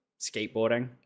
skateboarding